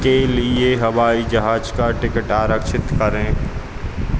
के लिए हवाई जहाज का टिकट आरक्षित करें